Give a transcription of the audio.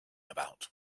about